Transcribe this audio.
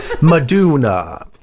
Maduna